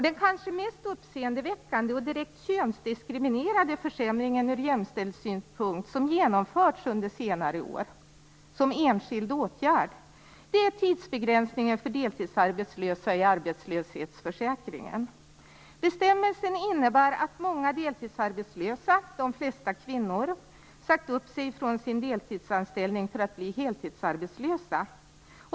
Den kanske mest uppseendeväckande och direkt könsdiskriminerande försämringen ur jämställdhetssynpunkt som genomförts under senare år som enskild åtgärd är tidsbegränsningen för deltidsarbetslösa i arbetslöshetsförsäkringen. Bestämmelsen har lett till att många deltidsarbetslösa, de flesta kvinnor, sagt upp sig från sin anställning för att bli heltidsarbetslösa.